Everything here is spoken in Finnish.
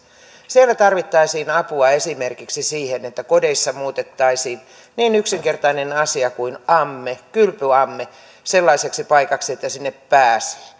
siellä tarvittaisiin apua esimerkiksi siihen että kodeissa muutettaisiin niin yksinkertainen asia kuin amme kylpyamme sellaiseksi paikaksi että sinne pääsee